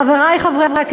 חברי חברי הכנסת,